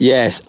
Yes